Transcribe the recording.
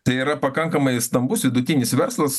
tai yra pakankamai stambus vidutinis verslas